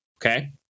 okay